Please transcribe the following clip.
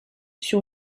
sur